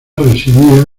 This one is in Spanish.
residía